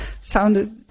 sounded